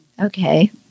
Okay